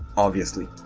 obviously.